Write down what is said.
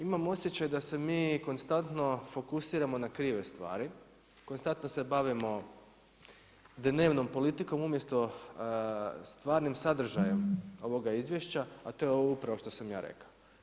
Imam osjećaj da se mi konstantno fokusiramo na krive stvari, konstantno se bavimo dnevnom politikom umjesto stvarnim sadržajem ovoga izvješća a to je ovo upravo što sam ja rekao.